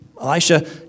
Elisha